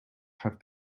have